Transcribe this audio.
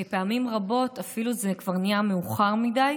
פעמים רבות אפילו זה כבר נהיה מאוחר מדי,